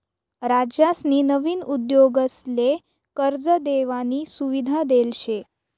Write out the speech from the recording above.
राज्यसनी नवीन उद्योगसले कर्ज देवानी सुविधा देल शे